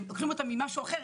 ולוקחים אותם ממשהו אחר,